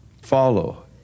follow